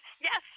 Yes